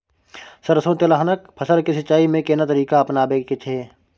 सरसो तेलहनक फसल के सिंचाई में केना तरीका अपनाबे के छै?